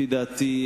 לפי דעתי,